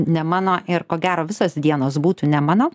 ne mano ir ko gero visos dienos būtų ne mano